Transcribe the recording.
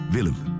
Willem